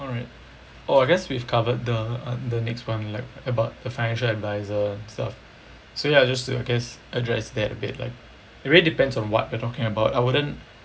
alright oh I guess we've covered the the next [one] like about the financial adviser stuff so ya just to I guess address that a bit like it really depends on what you're talking about I wouldn't